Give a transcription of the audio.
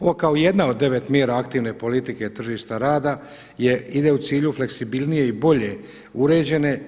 Ovo kao jedna od 9 mjera aktivne politike tržišta rada, jer ide u cilju fleksibilnije i bolje uređene.